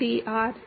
2pi RDR